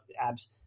Abs